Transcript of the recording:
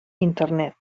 internet